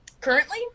currently